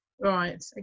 Right